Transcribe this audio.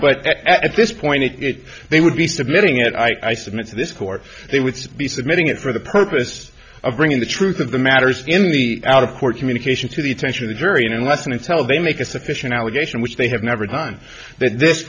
but at this point if they would be submitting it i submit to this court they would be submitting it for the purpose of bringing the truth of the matters in the out of court communication to the attention of the jury and unless and until they make a sufficient allegation which they have never done that this